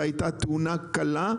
והייתה תאונה קלה,